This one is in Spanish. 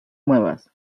muevas